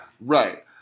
Right